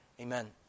Amen